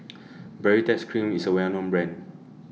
Baritex Cream IS A Well known Brand